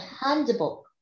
handbook